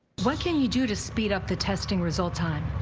what can you do to speed up the testing result time.